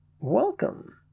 Welcome